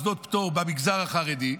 מוסדות פטור במגזר החרדי,